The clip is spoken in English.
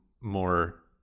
more